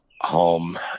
home